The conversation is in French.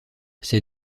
ses